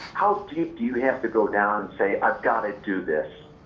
how deep do you have to go down and say, i've got to do this?